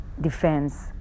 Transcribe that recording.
defense